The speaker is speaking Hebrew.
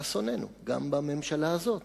לאסוננו, גם בממשלה הזאת.